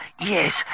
yes